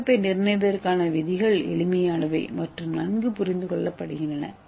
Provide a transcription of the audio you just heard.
கட்டமைப்பை நிர்ணயிப்பதற்கான விதிகள் எளிமையானவை மற்றும் நன்கு புரிந்து கொள்ளப்படுகின்றன